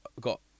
got